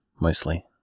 mostly